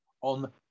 on